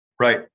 right